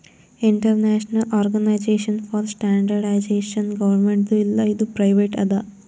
international organisation for standardisation ಗೌರ್ಮೆಂಟ್ದು ಇಲ್ಲ ಇದು ಪ್ರೈವೇಟ್ ಅದಾ